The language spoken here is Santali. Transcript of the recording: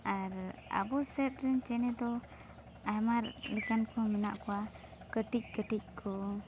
ᱟᱨ ᱟᱵᱚ ᱥᱮᱫ ᱨᱮᱱ ᱪᱮᱬᱮ ᱫᱚ ᱟᱭᱢᱟ ᱞᱮᱠᱟᱱ ᱠᱚᱦᱚᱸ ᱢᱮᱱᱟᱜ ᱠᱚᱣᱟ ᱠᱟ ᱴᱤᱡ ᱠᱟ ᱴᱤᱡ ᱠᱚ